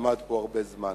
שעמד פה הרבה זמן.